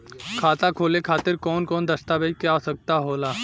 खाता खोले खातिर कौन कौन दस्तावेज के आवश्यक होला?